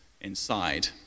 inside